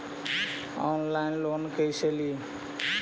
Online loan कैसे ली?